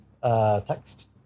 Text